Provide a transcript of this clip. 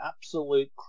absolute